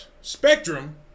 Spectrum